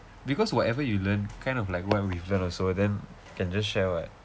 because whatever you learn kind of like what we've learn also then can just share [what]